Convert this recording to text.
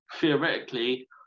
theoretically